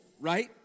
right